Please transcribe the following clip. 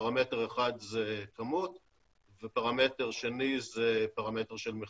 פרמטר אחד זה כמות ופרמטר שני זה פרמטר של מחיר.